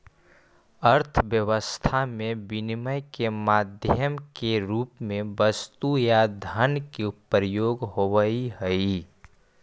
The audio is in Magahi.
अर्थव्यवस्था में विनिमय के माध्यम के रूप में वस्तु या धन के प्रयोग होवऽ हई